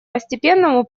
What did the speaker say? постепенному